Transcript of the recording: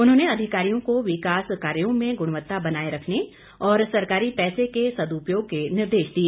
उन्होंने अधिकारियों को विकास कार्यो में गृणवत्ता बनाए रखने और सरकारी पैसे के सद्यपयोग के निर्देश दिए